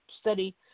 study